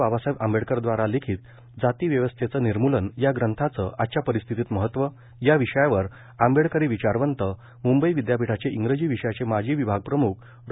बाबासाहेब आंबेडकरदवारा लिखित जातिव्यवस्थेचं निर्मूलन या ग्रंथाचं आजच्या परिस्थितीत महत्त्व या विषयावर आंबेडकरी विचारवंत मुंबई विद्यापीठाचे इंग्रजी विषयाचे माजी विभागप्रम्ख डॉ